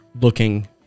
looking